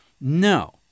No